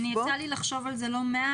יצא לי לחשוב על זה לא מעט.